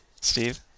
Steve